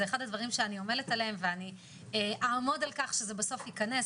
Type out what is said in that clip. זה אחד הדברים שאני עומלת עליהם ואני אעמוד על כך שזה בסוף ייכנס.